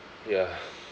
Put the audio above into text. ya